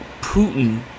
Putin